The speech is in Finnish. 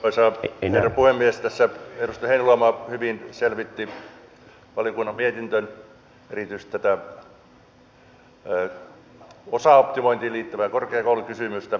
tässä edustaja heinäluoma hyvin selvitti valiokunnan mietintöä erityisesti tätä osaoptimointiin liittyvää korkeakoulukysymystä